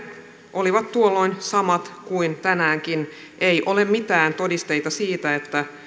olivat tuolloin samat kuin tänäänkin ei ole mitään todisteita siitä että